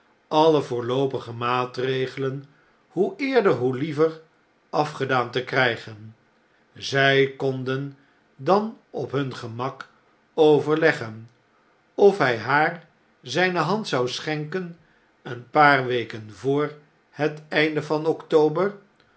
alle voorloopige maatregelen hoe eerder hoe liever afgedaan te krn'gen zijkonden dan op hun gemak overleggen of hy haar znne hand zou schenken een paar weken voor het einde van